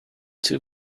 two